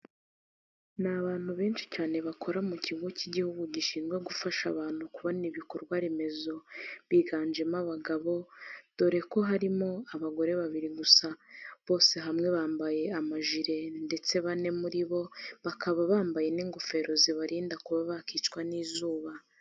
Ni abantu benshi cyane bakora mu kigo cy'igihugu gishinzwe gufasha abantu kubona ibikorwa remezo biganjemo abagabo dore ko harimo abagore babiri gusa, bose hamwe bambaye amajire ndetse bane muri bo bakaba bambaye n'ingofero zibarinda kuba bakicwa n'izuba.